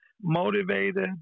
motivated